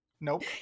nope